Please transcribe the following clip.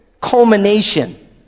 culmination